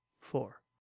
four